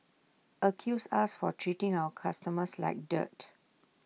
accused us for treating our customers like dirt